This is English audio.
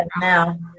now